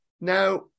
Now